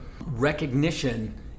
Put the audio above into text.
Recognition